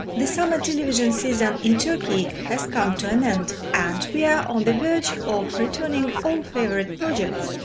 the summer television season in turkey has come to an end, and we are on the verge of returning old favorite projects,